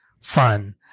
fun